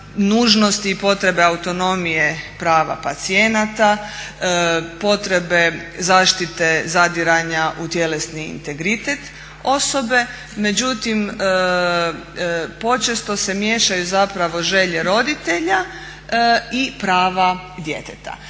nužnosti i potrebe autonomije prava pacijenata, potrebe zaštite zadiranja u tjelesni integritet osobe, međutim počesto se miješaju zapravo želje roditelja i prava djeteta.